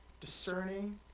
discerning